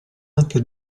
anche